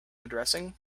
addressing